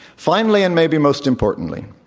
finally, and maybe most importantly,